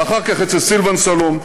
ואחר כך אצל סילבן שלום,